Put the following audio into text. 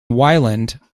weiland